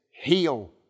heal